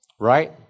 Right